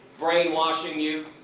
brainwashing you.